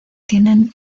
tienen